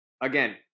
again